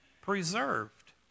preserved